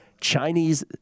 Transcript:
Chinese